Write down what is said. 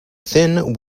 thin